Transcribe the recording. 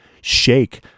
Shake